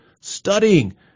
studying